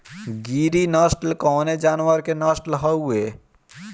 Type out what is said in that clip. गिरी नश्ल कवने जानवर के नस्ल हयुवे?